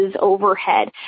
overhead